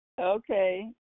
Okay